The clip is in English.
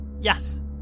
Yes